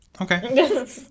Okay